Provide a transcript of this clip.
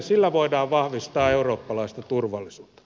sillä voidaan vahvistaa eurooppalaista turvallisuutta